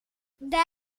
there